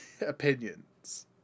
opinions